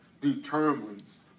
determines